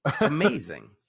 amazing